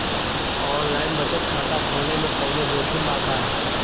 Online बचत खाता खोले में कवनो जोखिम बा का?